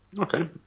Okay